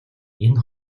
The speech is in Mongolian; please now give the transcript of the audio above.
энэ